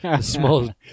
small